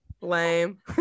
Lame